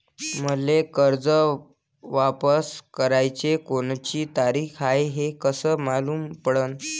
मले कर्ज वापस कराची कोनची तारीख हाय हे कस मालूम पडनं?